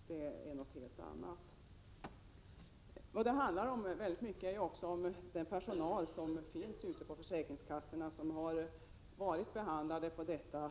Frågan gäller i hög grad också den personal som arbetar på de olika försäkringskassorna. Personalen har behandlats illa